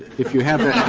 if you have it